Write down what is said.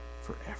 forever